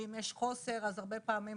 ואם יש חוסר אז הרבה פעמים,